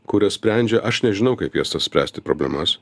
kurias sprendžia aš nežinau kaip jas spręsti problemas